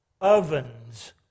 ovens